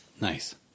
Nice